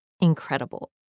incredible